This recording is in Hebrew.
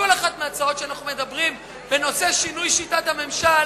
כל אחת מההצעות שאנחנו מדברים עליהן בנושא שינוי שיטת הממשל